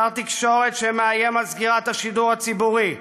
שר תקשורת שמאיים בסגירת השידור הציבורי,